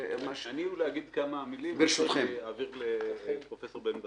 אני אולי אגיד כמה מילים לפני שאעביר לפרופ' בן בסט.